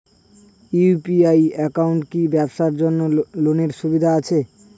UPI একাউন্টে কি ব্যবসার জন্য লোনের সুবিধা আছে?